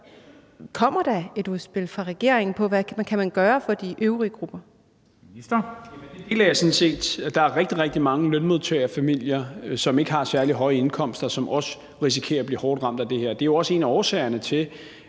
Hummelgaard): Det synspunkt deler jeg sådan set. Der er rigtigt, rigtig mange lønmodtagerfamilier, som ikke har særlig høje indkomster, som også risikerer at blive hårdt ramt af det her, og det er jo også en af årsagerne til,